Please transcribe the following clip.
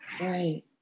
Right